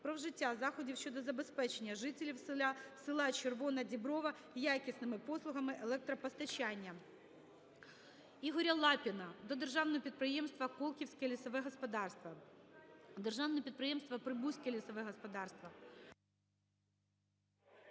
про вжиття заходів щодо забезпечення жителів села Червона Діброва якісними послугами електропостачання.